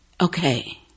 okay